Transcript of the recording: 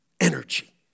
energy